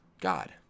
God